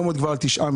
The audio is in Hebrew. היום 9 מיליון.